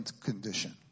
condition